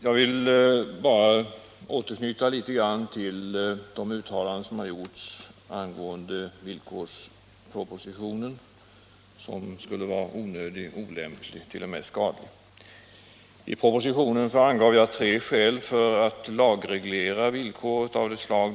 Jag vill anknyta till de uttalanden som gjorts angående villkorspropositionen, som påståtts vara onödig, olämplig och t.o.m. skadlig. I propositionen angav jag tre skäl för att lagreglera villkor av detta slag.